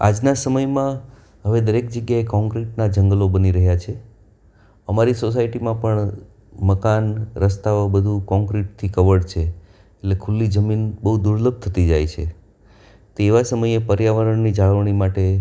આજના સમયમાં હવે દરેક જગ્યાએ કોંક્રિટનાં જંગલો બની રહ્યા છે અમારી સોસાયટીમાં પણ મકાન રસ્તાઓ બધુ કોન્ક્રિટથી કવર્ડ છે એટલે ખુલ્લી જમીન બહુ દુર્લભ થતી જાય છે તેવા સમયે પર્યાવરણની જાળવણી માટે